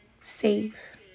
safe